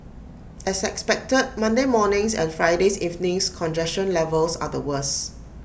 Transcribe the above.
as expected Monday morning's and Friday's evening's congestion levels are the worse